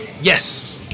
Yes